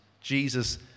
Jesus